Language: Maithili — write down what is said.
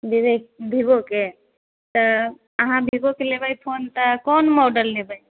विवो विवो के तऽ अहाँ विवो के लेबै फोन तऽ कोन मॉडल लेबै